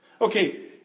Okay